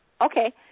Okay